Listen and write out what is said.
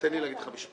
תן לי להגיד לך משפט.